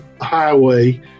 highway